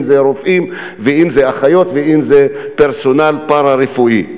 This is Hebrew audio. אם זה רופאים ואם זה אחיות ואם זה פרסונל פארה-רפואי.